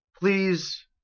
please